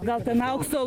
gal ten aukso